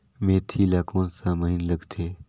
मेंथी ला कोन सा महीन लगथे?